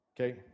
Okay